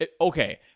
okay